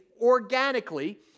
organically